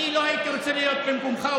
אני לא הייתי רוצה להיות במקומך,